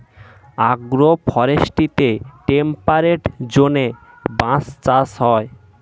agro ফরেস্ট্রিতে temperate জোনে বাঁশ চাষ হয়